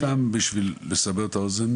סתם בשביל לסבר את האוזן,